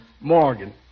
Morgan